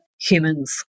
humans